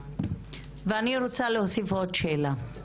ואני רוצה להוסיף עוד שאלה: